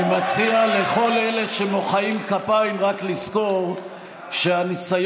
אני מציע לכל אלה שמוחאים כפיים רק לזכור שהניסיון